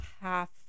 half